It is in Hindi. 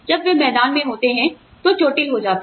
जब वे मैदान में होते हैं तो चोटिल हो जाते हैं